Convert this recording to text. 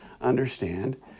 understand